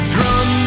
Drum